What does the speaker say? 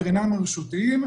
הווטרינרים הרשותיים,